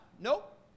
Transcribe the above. Nope